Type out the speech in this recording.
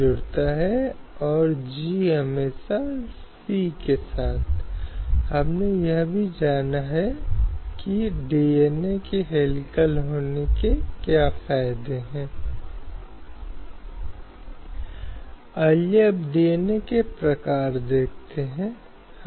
इसलिए निर्देशक सिद्धांतों के किसी भी उल्लंघन के लिए कोई एक निश्चित रूप से निर्देश सिद्धांतों के प्रवर्तन के लिए कानून की अदालतों में नहीं जा सकता है